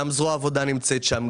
גם זרוע העבודה נמצאת שם,